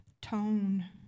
Tone